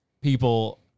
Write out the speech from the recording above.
people